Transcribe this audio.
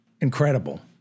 Incredible